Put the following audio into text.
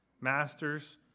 Masters